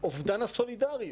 אובדן הסולידריות